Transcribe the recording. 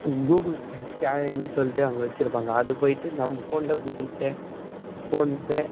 Google Pay ஸ்கேனரிங்ன்னு சொல்லிட்டு அங்கே வச்சுருப்பாங்க அதுக்கு போய்ட்டு நம்ம ஃபோனில் கூகுள் பே ஃபோன் பே